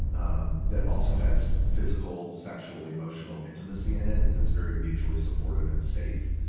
um, that also has physical, sexual, emotional intimacy in it that's very mutually supportive and safe.